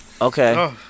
Okay